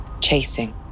chasing